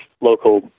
local